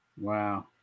Wow